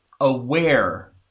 aware